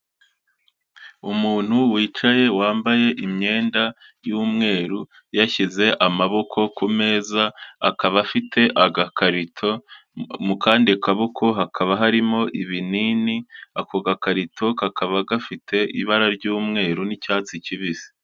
Umuntu wicaye wambaye imyenda y'umweru yashyize amaboko ku meza, akaba afite agakarito mu kandi kaboko hakaba harimo ibinini, ako gakarito kakaba gafite ibara ry'umweru n'icyatsi kibisi.